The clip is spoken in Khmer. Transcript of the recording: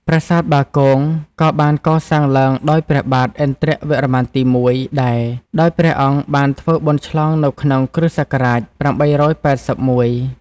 ប្រាសាទបាគង ក៏បានកសាងឡើងដោយព្រះបាទឥន្ទ្រវរ្ម័នទី ១ ដែរ ដោយព្រះអង្គបានធ្វើបុណ្យឆ្លងនៅក្នុងគ្រិស្តសករាជ ៨៨១ ។